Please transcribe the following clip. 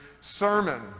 sermon